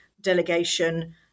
delegation